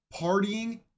partying